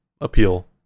appeal